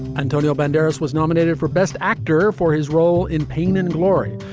antonio banderas was nominated for best actor for his role in painand glory,